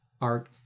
art